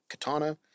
katana